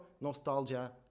nostalgia